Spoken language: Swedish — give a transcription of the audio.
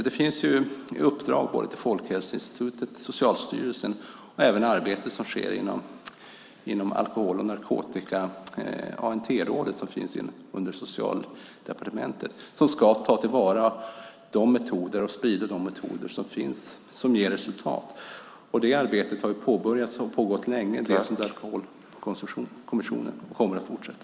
Det finns uppdrag både till Folkhälsoinstitutet och till Socialstyrelsen, och det sker även ett arbete inom ANT-rådet som finns under Socialdepartementet, där man ska ta till vara och sprida de metoder som ger resultat. Det arbetet har pågått länge och kommer att fortsätta.